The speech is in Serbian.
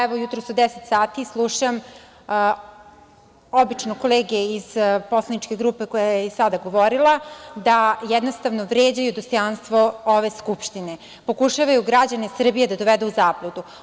Evo, jutros od deset sati slušam obično kolege iz poslaničke grupe koja je sada govorila da jednostavno vređaju dostojanstvo ove Skupštine, pokušavaju građane Srbije da dovedu u zabludu.